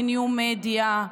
לניו מדיה,